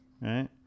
right